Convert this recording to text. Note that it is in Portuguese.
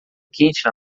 quente